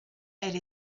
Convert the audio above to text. elle